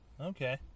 Okay